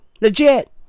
Legit